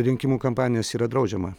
rinkimų kampanijos yra draudžiama